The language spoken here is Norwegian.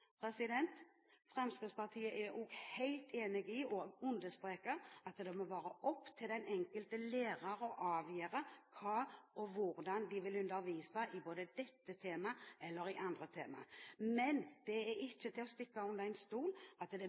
Fremskrittspartiet er også helt enig i og understreker at det må være opp til den enkelte lærer å avgjøre hvordan de vil undervise i både dette temaet og andre temaer. Men det er ikke til å stikke under stol at det